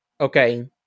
okay